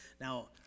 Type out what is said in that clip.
Now